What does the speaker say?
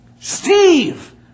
Steve